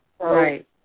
Right